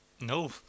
No